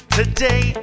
today